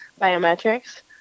biometrics